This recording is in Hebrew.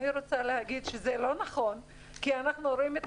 אני רוצה להגיד שזה לא נכון כי אנחנו רואים את